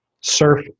surf